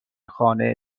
خانه